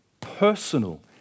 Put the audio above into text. Personal